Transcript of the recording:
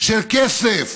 של כסף,